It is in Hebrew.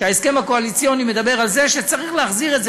וההסכם הקואליציוני מדבר על זה שצריך להחזיר את זה